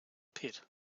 pit